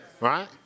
Right